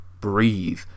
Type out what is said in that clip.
breathe